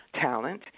talent